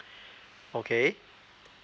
okay